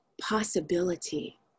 possibility